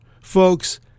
folks